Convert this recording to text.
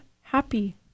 happy